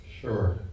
sure